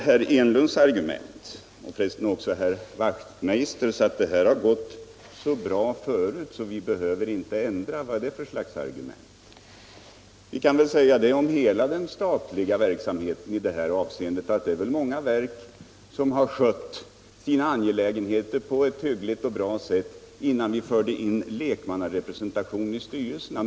Herr Enlunds argument och för resten också herr Wachtmeisters, att det här har gått så bra förut att vi behöver inte ändra — vad är det för slags argument? Vi kan väl säga om hela den statliga verksamheten i detta avseende, att det är många verk som har skött sina angelägenheter på ett bra sätt innan vi förde in lekmannarepresentation i styrelserna.